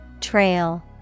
Trail